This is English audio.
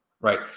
right